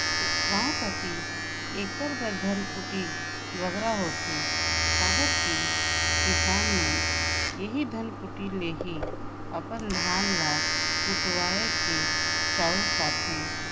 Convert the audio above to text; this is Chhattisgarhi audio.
गाँव कती एकर बर धनकुट्टी बगरा होथे काबर कि किसान मन एही धनकुट्टी ले ही अपन धान ल कुटवाए के चाँउर पाथें